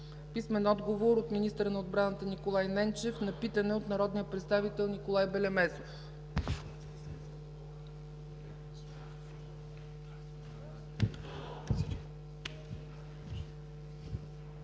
Михо Михов; - министъра на отбраната Николай Ненчев на питане от народния представител Николай Белемезов;